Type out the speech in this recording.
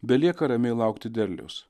belieka ramiai laukti derliaus